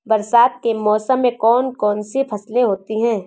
बरसात के मौसम में कौन कौन सी फसलें होती हैं?